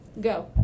go